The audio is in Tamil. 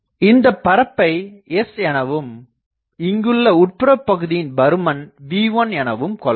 இந்தப் பரப்பை S எனவும் இங்குள்ள உட்புற பகுதியின் பருமன் V1 எனவும் கொள்ளலாம்